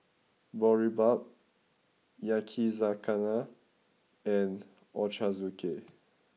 Boribap Yakizakana and Ochazuke